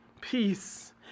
Peace